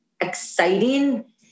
Exciting